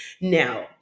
Now